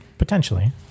Potentially